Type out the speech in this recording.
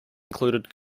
included